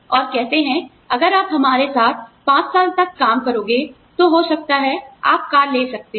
और कहते हैं अगर आप हमारे साथ 5 साल तक काम करेंगे तो हो सकता है आप कार ले सकते हो